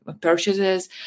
purchases